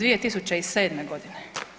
2007. godine.